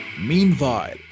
Meanwhile